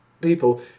people